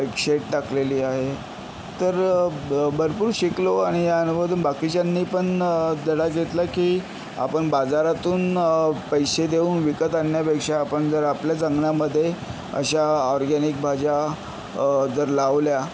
एक शेट टाकलेली आहे तर भरपूर शिकलो आणि या अनुभवातून बाकीच्यांनीपण धडा घेतला की आपण बाजारातून पैसे देऊन विकत आणण्यापेक्षा आपण जर आपल्याच अंगणामध्ये अशा ऑरगॅनिक भाज्या जर लावल्या